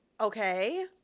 Okay